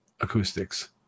acoustics